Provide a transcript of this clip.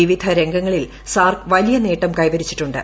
വിവിധ രംഗങ്ങളിൽ സാർക്ക് വലിയ നേട്ടം കൈവരിച്ചിട്ടു്